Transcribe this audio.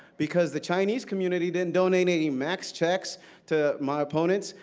because the chinese community didn't donate any max checks to my opponents,